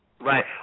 Right